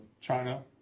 China